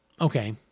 Okay